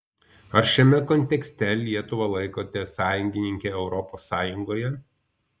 ar šiame kontekste lietuvą laikote sąjungininke europos sąjungoje